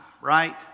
right